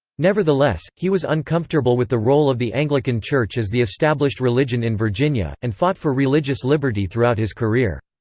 nevertheless, he was uncomfortable with the role of the anglican church as the established religion in virginia, and fought for religious liberty throughout his career.